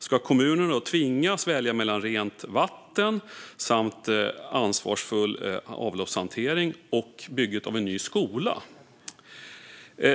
Ska kommunerna tvingas välja mellan rent vatten samt ansvarsfull avloppshantering och bygget av en ny skola?